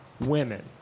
Women